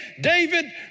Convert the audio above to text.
David